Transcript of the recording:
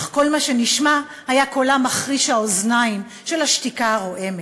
אך כל מה שנשמע היה קולה מחריש האוזניים של השתיקה הרועמת.